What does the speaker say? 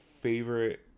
favorite